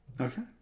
Okay